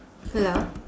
hello